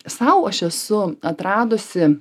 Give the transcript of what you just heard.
sau aš esu atradusi